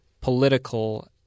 political